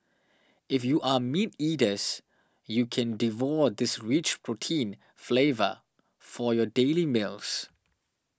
if you are meat eaters you can devour this rich protein flavor for your daily meals